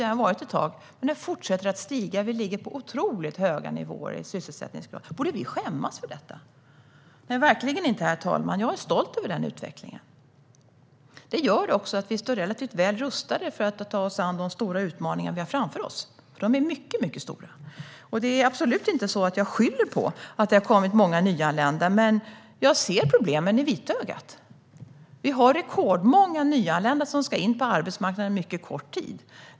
Det har den varit ett tag. Men den fortsätter att stiga. Vi ligger på otroligt höga nivåer i fråga om sysselsättningsgrad. Borde vi skämmas för detta? Nej, verkligen inte, herr talman. Jag är stolt över den utvecklingen. Det gör också att vi står relativt väl rustade för att ta oss an de stora utmaningar vi har framför oss. De är mycket stora. Det är absolut inte så att jag skyller på att det har kommit många nyanlända, men jag ser problemen i vitögat. Vi har rekordmånga nyanlända som ska in på arbetsmarknaden på mycket kort tid.